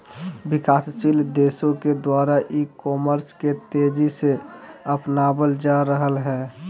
विकासशील देशों के द्वारा ई कॉमर्स के तेज़ी से अपनावल जा रहले हें